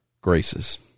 graces